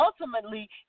ultimately